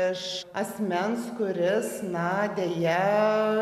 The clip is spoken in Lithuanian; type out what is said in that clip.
iš asmens kuris na deja